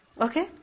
okay